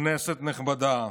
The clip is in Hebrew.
כנסת נכבדה,